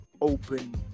open